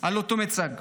על אותו מיצג.